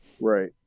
Right